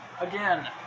Again